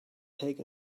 take